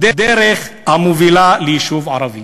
דרך המובילה ליישוב ערבי.